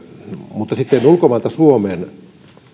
mutta sitten ulkomailta suomeen